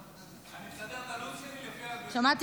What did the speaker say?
--- אני מסדר את הלו"ז שלי לפי --- שמעתי